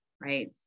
right